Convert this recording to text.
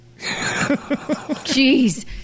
Jeez